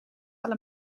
alle